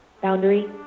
Boundary